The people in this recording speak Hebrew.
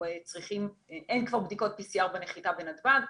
צריכים אין כבר בדיקות PCR בנחיתה מנתב"ג,